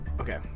Okay